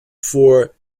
for